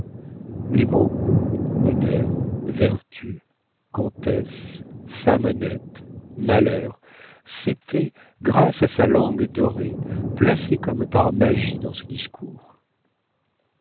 les mots honneur vertu comtesse femme honnête malheur s'étaient grâce à sa langue dorée placés comme par magie dans ses discours